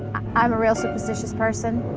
i'm a really superstitious person,